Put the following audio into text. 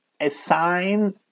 assign